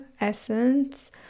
essence